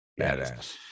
Badass